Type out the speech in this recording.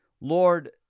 Lord